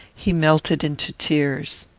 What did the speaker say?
he melted into tears.